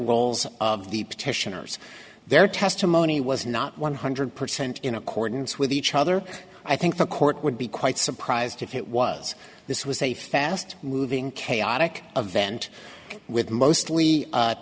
roles of the petitioners their testimony was not one hundred percent in accordance with each other i think the court would be quite surprised if it was this was a fast moving chaotic event with most